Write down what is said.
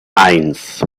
eins